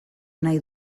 nahi